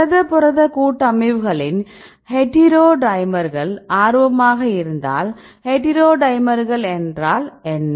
புரத புரத கூட்டமைவுகளின் ஹெட்டிரோடைமர்களில் ஆர்வமாக இருந்தால் ஹெட்டிரோடைமர்கள் என்றால் என்ன